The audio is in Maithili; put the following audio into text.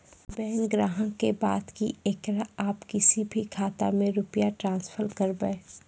बैंक ग्राहक के बात की येकरा आप किसी भी खाता मे रुपिया ट्रांसफर करबऽ?